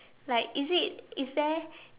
like is it is there